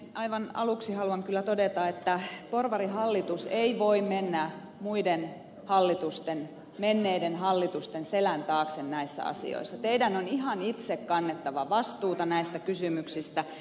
aivan aluksi haluan kyllä todeta että porvarihallitus ei voi mennä muiden hallitusten menneiden hallitusten selän taakse näissä asioissa teidän on ihan itse kannettava vastuuta näistä kysymyksistä